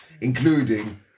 including